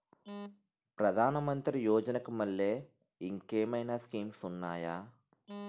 ప్రధాన మంత్రి యోజన కి మల్లె ఇంకేమైనా స్కీమ్స్ ఉన్నాయా?